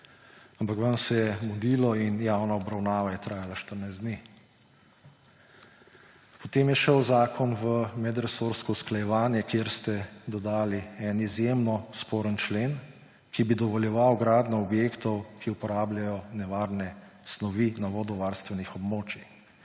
Ampak vam se je mudilo in javna obravnava je trajala 14 dni. Potem je šel zakon v medresorsko usklajevanje, kjer ste dodali en izjemno sporen člen, ki bi dovoljeval gradnjo objektov, ki uporabljajo nevarne snovi, na vodovarstvenih območjih.